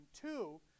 two